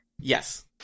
Yes